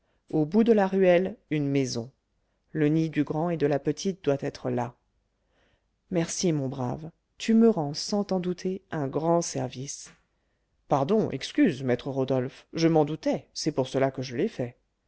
au bout de la ruelle une maison le nid du grand et de la petite doit être là merci mon brave tu me rends sans t'en douter un grand service pardon excuse maître rodolphe je m'en doutais c'est pour cela que je l'ai fait